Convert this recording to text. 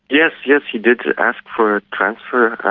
yes, yes, he did ask for a transfer.